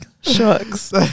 shucks